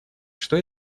что